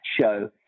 show